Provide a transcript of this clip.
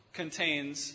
contains